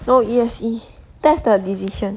no E_S_E that's the decision